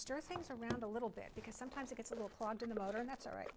stir things around a little bit because sometimes it gets a little plugged in about and that's all right